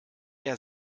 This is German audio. der